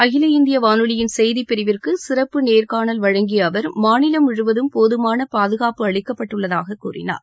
அகில இந்திய வனொலியின் செய்தி பிரிவிற்கு சிறப்பு நேர்கானல் வழங்கிய அவர் மாநிலம் முழுவதும் போதுமான பாதுகாப்பு அளிக்கப்பட்டுள்ளது என கூறினார்